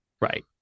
right